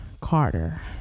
Carter